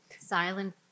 Silent